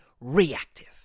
reactive